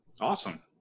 Awesome